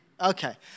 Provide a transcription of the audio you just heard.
Okay